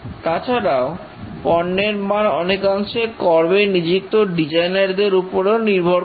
তাছাড়াও পণ্যের মান অনেকাংশে কর্মে নিযুক্ত ডিজাইনার দের উপরেও নির্ভর করে